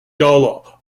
gull